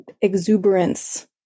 exuberance